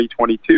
2022